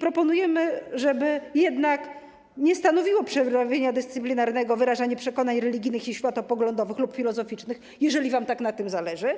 Proponujemy, żeby jednak nie stanowiło przewinienia dyscyplinarnego wyrażanie przekonań religijnych, światopoglądowych lub filozoficznych, jeżeli wam tak na tym zależy,